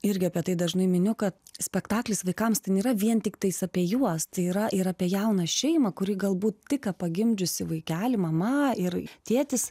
irgi apie tai dažnai miniu kad spektaklis vaikams tai nėra vien tiktai apie juos tai yra ir apie jauną šeimą kuri galbūt tik ką pagimdžiusi vaikelį mama ir tėtis